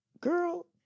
girl